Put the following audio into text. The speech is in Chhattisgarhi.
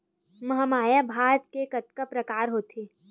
महमाया भात के कतका प्रकार होथे?